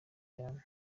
cyane